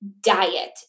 diet